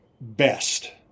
best